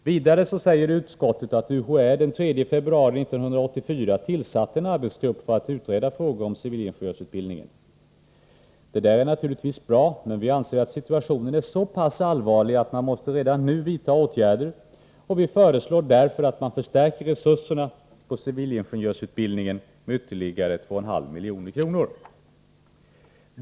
Vidare säger utskottet att UHÄ den 3 februari 1984 tillsatte en arbetsgrupp för att utreda frågor om civilingenjörsutbildningen. Detta är naturligtvis bra, men vi anser att situationen är så pass allvarlig att man redan nu måste vidta åtgärder. Vi föreslår därför att man förstärker resurserna på civilingenjörsutbildningen med ytterligare 2 500 000 kr.